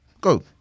Go